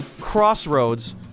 crossroads